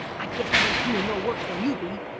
i guess i ain't doin' no worse than you be!